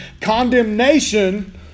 Condemnation